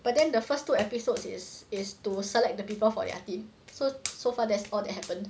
but then the first two episodes is is to select the people for their team so so far there's all that happened